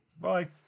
Bye